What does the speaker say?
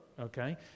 okay